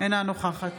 אינה נוכחת